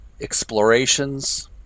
explorations